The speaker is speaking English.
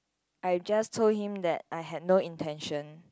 I just told him that I had no intention